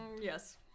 Yes